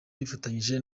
bifatanyije